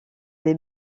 des